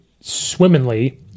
swimmingly